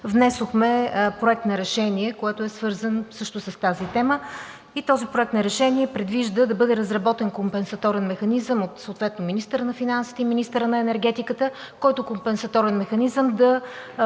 внесохме Проект на решение, което е свързано също с тази тема. Проектът на решение предвижда да бъде разработен компенсаторен механизъм от съответно министъра на финансите и министъра на енергетиката, който компенсаторен механизъм да